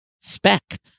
spec